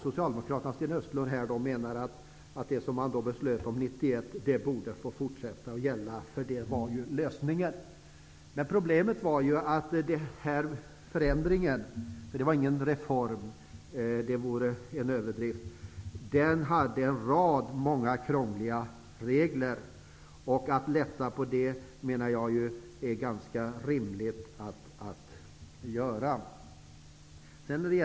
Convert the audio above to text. Socialdemokraterna och Sten Östlund menar att det som man beslöt 1991 borde få gälla även i fortsättningen, därför att det var lösningen. Problemet var ju att den förändringen -- det vore en överdrift att säga att det var en reform -- medförde en rad krångliga regler. Jag menar att det är ganska rimligt att lätta på dem.